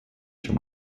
чем